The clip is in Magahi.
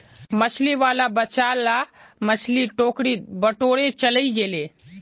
मछली वाला बचाल ला मछली टोकरीत बटोरे चलइ गेले